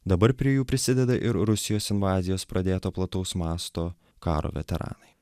dabar prie jų prisideda ir rusijos invazijos pradėto plataus masto karo veteranai